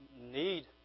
need